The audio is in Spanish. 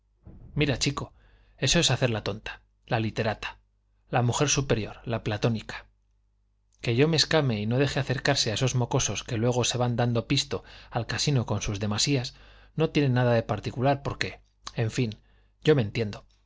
mira chico eso es hacer la tonta la literata la mujer superior la platónica que yo me escame y no deje acercarse a esos mocosos que luego se van dando pisto al casino con sus demasías no tiene nada de particular porque en fin yo me entiendo